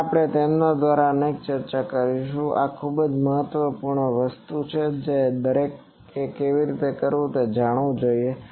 હવે આપણે તેમના દ્વારા એકની ચર્ચા કરીશું કારણ કે આ ખૂબ જ મહત્વપૂર્ણ વસ્તુ છે કે દરેકને તે કેવી રીતે કરવું તે જાણવું જોઈએ